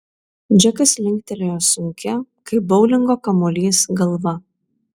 džekas linktelėjo sunkia kaip boulingo kamuolys galva